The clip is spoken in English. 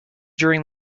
during